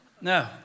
No